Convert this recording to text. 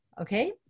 okay